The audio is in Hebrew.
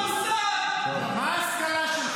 חבל תלייה זה הסתה,